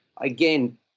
again